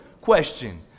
question